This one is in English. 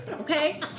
okay